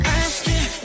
asking